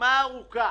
רשימה ארוכה